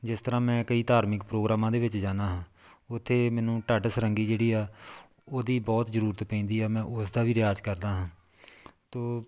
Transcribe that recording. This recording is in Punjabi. ਜਿਸ ਤਰ੍ਹਾਂ ਮੈਂ ਕਈ ਧਾਰਮਿਕ ਪ੍ਰੋਗਰਾਮਾਂ ਦੇ ਵਿੱਚ ਜਾਂਦਾ ਹਾਂ ਉੱਥੇ ਮੈਨੂੰ ਢੱਢ ਸਰੰਗੀ ਜਿਹੜੀ ਆ ਉਹਦੀ ਬਹੁਤ ਜ਼ਰੂਰਤ ਪੈਂਦੀ ਆ ਮੈਂ ਉਸ ਦਾ ਵੀ ਰਿਆਜ਼ ਕਰਦਾ ਹਾਂ ਤੋ